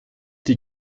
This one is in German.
die